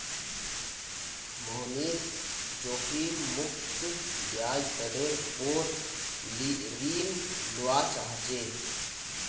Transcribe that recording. मोहनीश जोखिम मुक्त ब्याज दरेर पोर ऋण लुआ चाह्चे